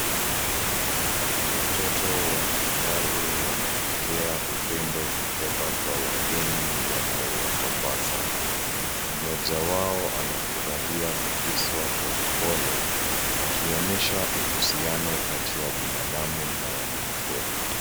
Watoto wa kifaru wanapokea upendo kutoka kwa wageni wanaowapapasa. Mmoja wao anafurahia kuguswa kwa upole, akionyesha uhusiano kati ya binadamu na wanyamapori.